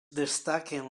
destaquen